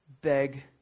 Beg